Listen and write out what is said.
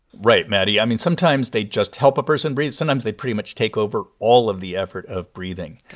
right, maddie. i mean, sometimes, they just help a person breathe. sometimes they pretty much take over all of the effort of breathing.